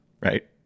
right